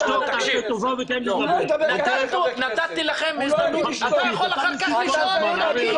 נתתי לכם הזדמנות לשאול.